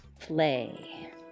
play